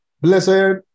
Blessed